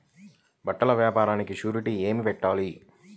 బట్టల వ్యాపారానికి షూరిటీ ఏమి పెట్టాలి?